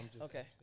okay